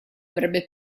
avrebbe